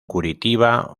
curitiba